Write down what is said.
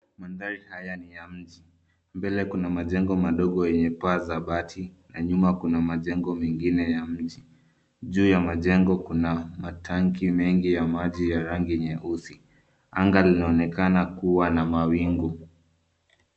Mandhari haya ni ya mji. Mbele kuna majengo madogo yenye paa za bati na nyuma kuna majengo mengine ya mji. Juu ya majengo kuna matangi mengi ya maji ya rangi nyeusi. Anga linakuwa na mawingu.